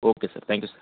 okay sir thank you sir